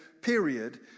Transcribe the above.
period